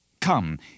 Come